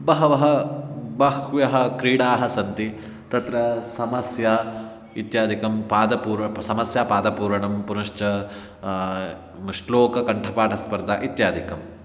बहवः बह्व्यः क्रीडाः सन्ति तत्र समस्या इत्यादिकं पादपूरणं समस्यापादपूरणं पुनश्च म श्लोककण्ठपाठस्पर्धा इत्यादिकम्